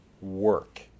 work